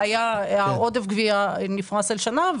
היה עודף גבייה שנפרס על פני שנה,